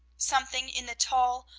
something in the tall,